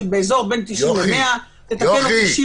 שעל בסיסה תקבע זהותם של עצורים ואסירים